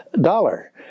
dollar